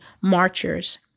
marchers